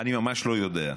אני ממש לא יודע.